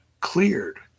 cleared